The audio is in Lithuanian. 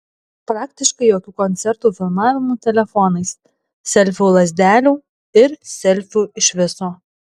praktiškai jokių koncertų filmavimų telefonais selfių lazdelių ir selfių iš viso